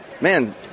man